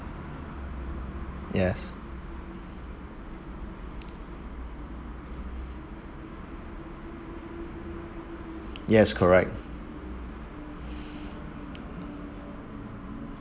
yes yes correct